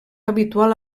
habitual